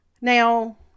Now